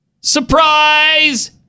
surprise